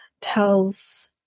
tells